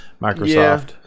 Microsoft